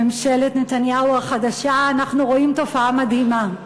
בממשלת נתניהו החדשה אנחנו רואים תופעה מדהימה: